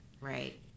Right